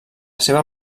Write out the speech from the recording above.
seva